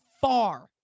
far